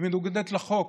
היא מנוגדת לחוק,